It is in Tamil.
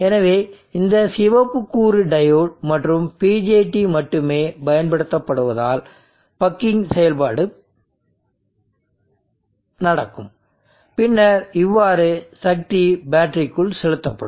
எனவே இந்த சிவப்பு கூறு டையோடு மற்றும் BJT மட்டுமே பயன்படுத்தப்படுவதால் பக்கிங் செயல்பாடு நடக்கும் பின்னர் இவ்வாறு சக்தி பேட்டரிக்குள் செலுத்தப்படும்